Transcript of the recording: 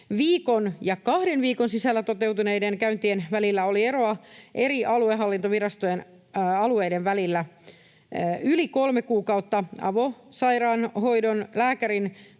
Viikon ja kahden viikon sisällä toteutuneiden käyntien välillä oli eroa eri aluehallintovirastojen alueiden välillä. Yli kolme kuukautta avosairaanhoidon lääkärin